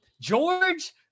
George